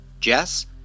jess